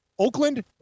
Oakland